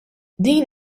din